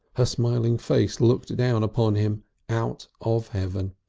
her smiling face looked down upon him out of heaven,